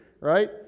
Right